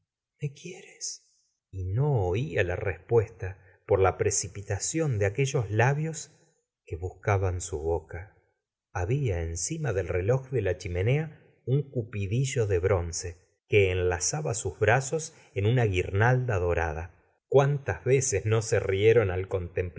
me quieres y no oía la r espuesta por la precipita ción de aquellos labios que buscaban su boca había encima del reloj de la chimenea un cupigustavo flaubnt dillo de bronce que enlazaba sus brazos en una guirnalda dorada cuántas veces no se rieron al